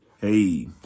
Hey